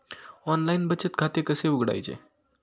Online बचत खाते कसे उघडायचे?